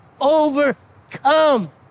overcome